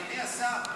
אדוני השר,